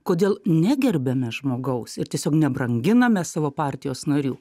kodėl negerbiame žmogaus ir tiesiog nebranginame savo partijos narių